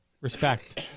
Respect